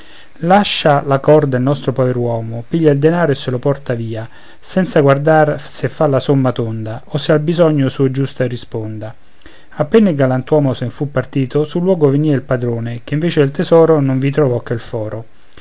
lascia la corda il nostro pover'uomo piglia il denaro e se lo porta via senza guardar se fa la somma tonda o se al bisogno suo giusta risponda appena il galantuomo sen fu partito sul luogo venìa il padrone che invece del tesoro non vi trovò che il foro